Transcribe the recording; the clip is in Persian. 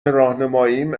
راهنماییم